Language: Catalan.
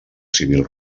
civil